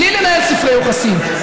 בלי לנהל ספרי יוחסין,